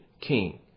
king